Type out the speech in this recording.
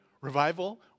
revival